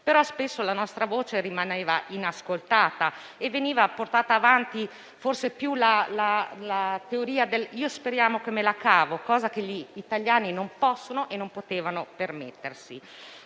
però, la nostra voce rimaneva inascoltata e veniva portata avanti, forse, di più la teoria dello «io speriamo che me la cavo», cosa che gli italiani non potevano e non possono permettersi.